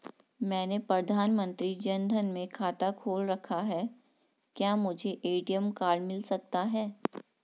मैंने प्रधानमंत्री जन धन में खाता खोल रखा है क्या मुझे ए.टी.एम कार्ड मिल सकता है?